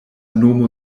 nomo